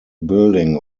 building